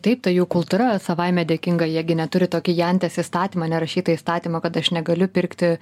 taip ta jų kultūra savaime dėkinga jie gi net turi tokį jantės įstatymą nerašytą įstatymą kad aš negaliu pirkti